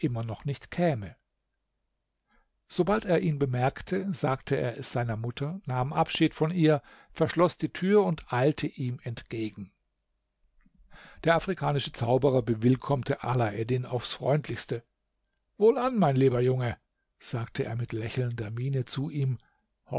immer noch nicht käme sobald er ihn bemerkte sagte er es seiner mutter nahm abschied von ihr verschloß die tür und eilte ihm entgegen der afrikanische zauberer bewillkommte alaeddin auf freundlichste wohlan mein lieber junge sagte er mit lächelnder miene zu ihm